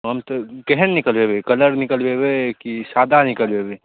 हम तऽ केहन निकलबेबै कलर निकलबेबै की सादा निकलबेबै